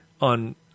on